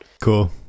Cool